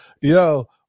Yo